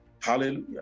Hallelujah